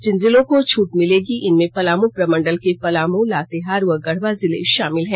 जिन जिलों को छूट मिलेगी इनमें पलामू प्रमंडल के पलामू लातेहार व गढ़वा जिले शामिल हैं